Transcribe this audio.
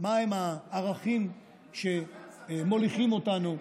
מהם הערכים שמוליכים אותנו,